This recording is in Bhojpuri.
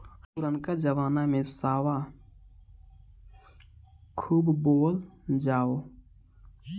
पुरनका जमाना में सावा खूब बोअल जाओ